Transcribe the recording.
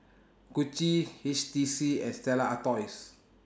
Gucci H T C and Stella Artois